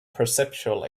perceptual